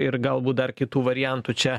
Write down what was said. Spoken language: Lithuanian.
ir galbūt dar kitų variantų čia